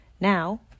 Now